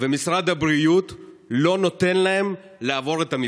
ומשרד הבריאות לא נותן להן לעבור את המבחן.